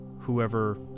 whoever